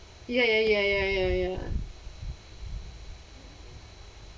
ya ya ya ya ya ya